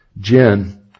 Jen